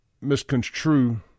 misconstrue